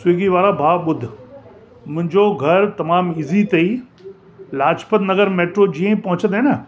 Swiggy वारा भाउ ॿुध मुंहिंजो घर तमामु ईज़ी अथेई लाजपतनगर मैटिरो जीअं ई पहुचंदे न